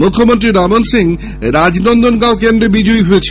মুখ্যমন্ত্রী রমন সিং রাজনন্দগাঁও কেন্দ্রে বিজয়ী হয়েছেন